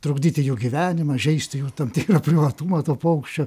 trukdyti jo gyvenimą žeisti jo tam tikrą privatumą to paukščio